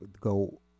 go